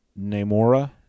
Namora